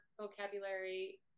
vocabulary